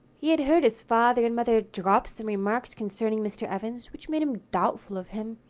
he had heard his father and mother drop some remarks concerning mr. evans which made him doubtful of him.